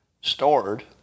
stored